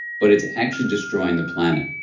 but it's actually destroying the planet,